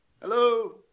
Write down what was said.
Hello